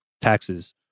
Taxes